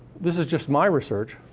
this is just my research.